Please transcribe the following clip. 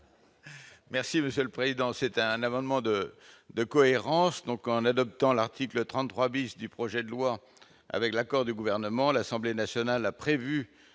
merci monsieur le président, c'est un amendement de de cohérence donc en adoptant l'article 33 bis du projet de loi avec l'accord du gouvernement à l'Assemblée nationale a prévu